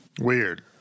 Weird